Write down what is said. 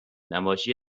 نباشی